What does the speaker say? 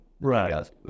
Right